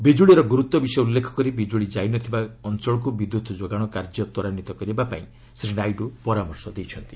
ବିଜୁଳୀର ଗୁରୁତ୍ୱ ବିଷୟ ଉଲ୍ଲ୍ଲେଖ କରି ବିଜ୍ଜୁଳୀ ଯାଇନଥିବା ଅଞ୍ଚଳକୁ ବିଦ୍ୟୁତ୍ ଯୋଗାଣ କାର୍ଯ୍ୟ ତ୍ୱରାନ୍ୱିତ କରିବାକୁ ଶ୍ରୀ ନାଇଡୁ ପରାମର୍ଶ ଦେଇଛନ୍ତି